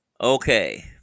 Okay